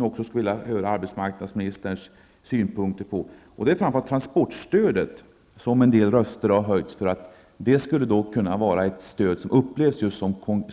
Jag vill gärna höra arbetsmarknadsministerns synpunkt på detta. Det gäller transportstödet, där en del röster har höjts för att det skulle